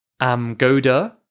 Amgoda